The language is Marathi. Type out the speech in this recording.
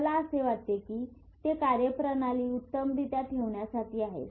मला असे वाटते की ते कार्यप्रणाली उत्तम रित्या ठेवण्यासाठी आहे